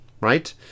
right